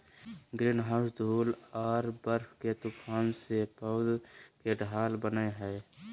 greenhouse धूल आर बर्फ के तूफान से पौध के ढाल बनय हइ